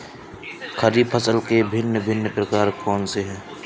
खरीब फसल के भिन भिन प्रकार कौन से हैं?